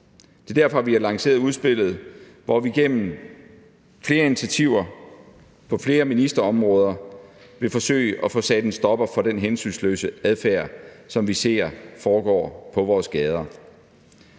Det er derfor, vi har lanceret udspillet, hvor vi gennem flere initiativer på flere ministerområder vil forsøge at få sat en stopper for den hensynsløse adfærd, som vi ser foregår på vores gader.